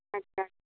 अच्छा